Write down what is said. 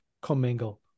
commingle